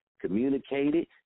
communicated